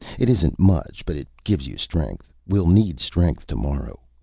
it isn't much, but it gives you strength. we'll need strength tomorrow.